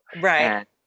Right